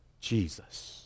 Jesus